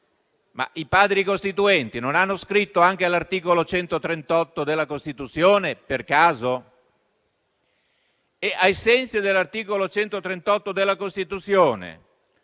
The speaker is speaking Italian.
I Padri costituenti non hanno scritto anche l'articolo 138 della Costituzione, per caso? E ai sensi dell'articolo 138 della Costituzione,